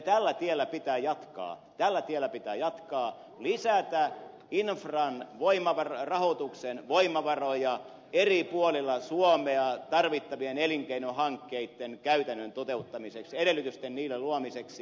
tällä tiellä pitää jatkaa tällä tiellä pitää jatkaa pitää lisätä infran rahoituksen voimavaroja eri puolilla suomea tarvittavien elinkeinohankkeitten käytännön toteuttamiseksi edellytysten luomiseksi niille